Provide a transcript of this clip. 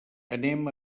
anem